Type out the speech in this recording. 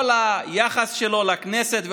כל היחס שלו לכנסת ולממשלה,